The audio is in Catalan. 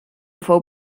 fou